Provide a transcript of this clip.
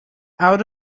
out